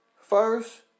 first